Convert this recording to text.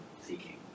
seeking